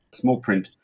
Smallprint